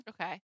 okay